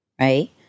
right